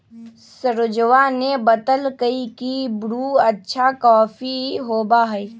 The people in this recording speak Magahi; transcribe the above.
सरोजवा ने बतल कई की ब्रू अच्छा कॉफी होबा हई